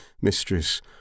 mistress